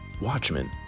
watchmen